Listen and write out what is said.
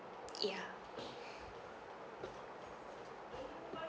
yeah